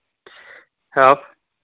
ꯍꯥꯎ